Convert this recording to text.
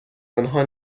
انها